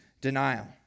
denial